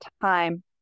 time